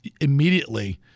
immediately